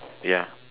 ya